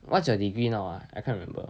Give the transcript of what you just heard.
what's your degree now ah I can't remember